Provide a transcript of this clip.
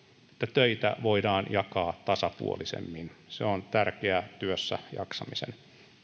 töitä voidaan jakaa tasapuolisemmin se on tärkeää työssäjaksamisen